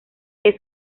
que